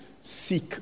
seek